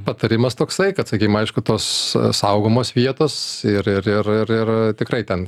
patarimas toksai kad sakykim aišku tos saugomos vietos ir ir ir ir ir tikrai ten